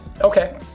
okay